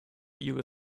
ihre